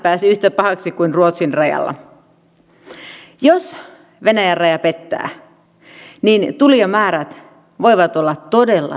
tilannetta eivät paranna ollenkaan pääministeri sipilän vähättelevät lausunnot asiantuntijoiden merkityksestä tai lakien vaikutusten arvioinnista